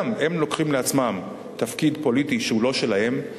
הם גם לוקחים לעצמם תפקיד פוליטי שהוא לא שלהם,